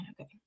okay